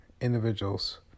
individuals